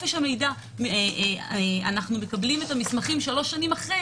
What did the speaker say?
- חופש המידע אנו מקבלים את המסמכים שלוש שנים אחרי,